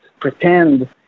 pretend